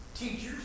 teachers